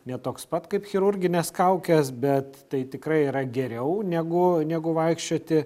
ne toks pat kaip chirurginės kaukės bet tai tikrai yra geriau negu negu vaikščioti